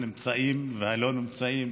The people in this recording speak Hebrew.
הנמצאים והלא-נמצאים,